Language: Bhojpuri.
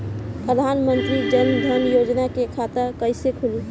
प्रधान मंत्री जनधन योजना के खाता कैसे खुली?